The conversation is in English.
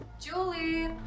Julie